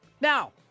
Now